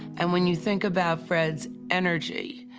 and when you think about fred's energy,